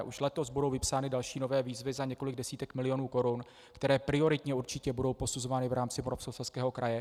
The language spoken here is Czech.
Už letos budou vypsány další, nové výzvy za několik desítek milionů korun, které prioritně určitě budou posuzovány v rámci Moravskoslezského kraje.